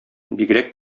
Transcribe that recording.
бигрәк